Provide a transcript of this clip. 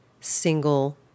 single